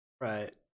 Right